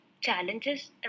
challenges